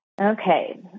Okay